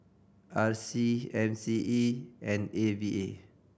R C M C E and A V A